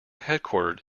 headquartered